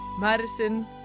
Madison